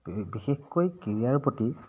বিশেষকৈ কেৰিয়াৰৰ প্ৰতি